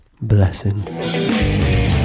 Blessings